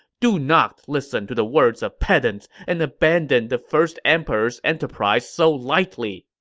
do not listen to the words of pedants and abandon the first emperor's enterprise so lightly!